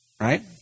Right